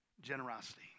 Generosity